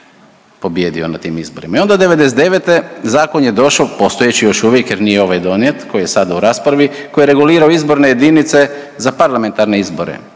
pobijedio na tim izborima. I onda '99. zakon je došao, postojeći još uvijek, jer nije ovaj donijet koji je sada u raspravi koji je regulirao izborne jedinice za parlamentarne izbore.